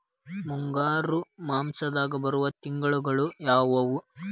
ಮುಂಗಾರು ಮಾಸದಾಗ ಬರುವ ತಿಂಗಳುಗಳ ಯಾವವು?